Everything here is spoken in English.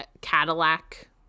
Cadillac